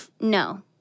No